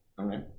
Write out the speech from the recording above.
Okay